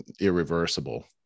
irreversible